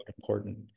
important